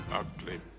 ugly